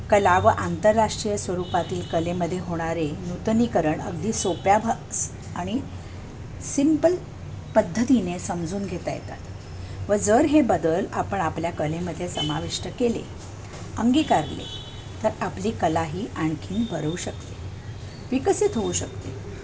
कला व आंतरराष्ट्रीय स्वरूपातील कलेमध्ये होणारे नूतनीकरण अगदी सोप्या भागस आणि सिम्पल पद्धतीने समजून घेता येतात व जर हे बदल आपण आपल्या कलेमध्ये समाविष्ट केले अंगीकारले तर आपली कला ही आणखीन भरवू शकते विकसित होऊ शकते